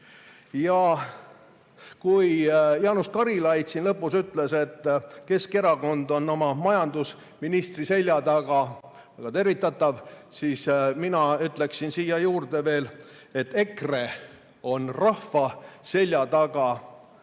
Jaanus Karilaid siin lõpus ütles, et Keskerakond on oma majandusministri selja taga – väga tervitatav –, siis mina ütleksin siia juurde, et EKRE on rahva selja taga.